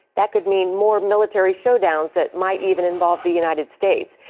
that could mean more military showdowns that might even involve the united states.